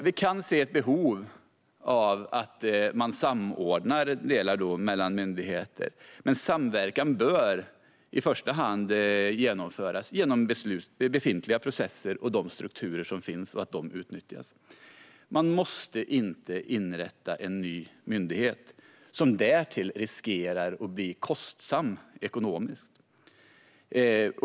Vi kan se ett behov av att samordna delar mellan myndigheter, men samverkan bör i första hand genomföras genom befintliga processer och utnyttjande av de strukturer som finns. Man måste inte inrätta en ny myndighet, som därtill riskerar att bli kostsam ekonomiskt.